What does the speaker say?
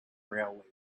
railway